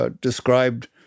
described